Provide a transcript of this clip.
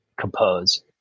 compose